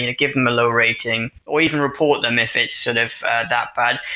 and give them a low rating, or even report them if it's sort of that bad,